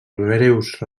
breus